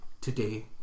today